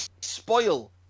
spoil